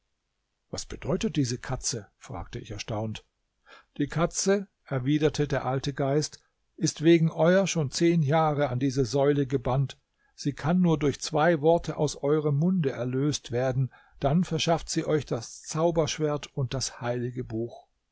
was bedeutet diese katze fragte ich erstaunt die katze erwiderte der alte geist ist wegen euer schon zehn jahre an diese säule gebannt sie kann nur durch zwei worte aus eurem munde erlöst werden dann verschafft sie euch das zauberschwert und das heilige buch